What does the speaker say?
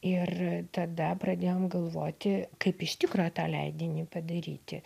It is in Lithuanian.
ir tada pradėjom galvoti kaip iš tikro tą leidinį padaryti